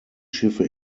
schiffe